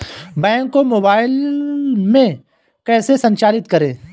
Bank को mobile में कैसे संचालित करें?